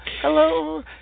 Hello